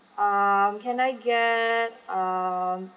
um can I get(um)